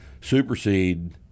supersede